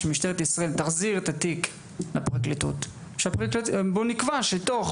שמשטרת ישראל תחזיר את התיק לפרקליטות ובואו נקבע שתוך